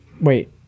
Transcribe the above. Wait